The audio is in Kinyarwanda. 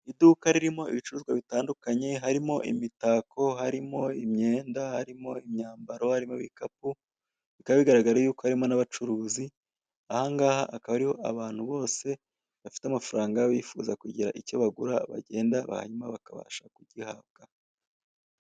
Iduka ririmo ibicuruzwa bitandunkanye harimo imitako, harimo imyenda, harimo imyambaro, harimo ibikapu, bikaba bigaragara yuko harimo n'abacuruzi, aha ngaha akaba ariho abantu bose bafite amafaranga bifuza kugira icyo bagura bagenda hanyuma bakabasha kugihabwa.